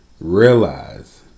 Realize